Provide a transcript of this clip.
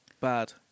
bad